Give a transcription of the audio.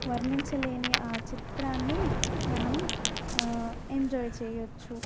వర్ణించలేని ఆ చిత్రాన్ని మనం ఎంజాయ్ చేయవచ్చు